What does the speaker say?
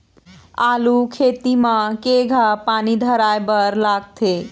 आलू खेती म केघा पानी धराए बर लागथे?